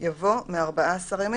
יבוא "מארבעה עשר ימים".